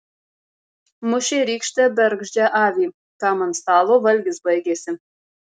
mušė rykšte bergždžią avį kam ant stalo valgis baigėsi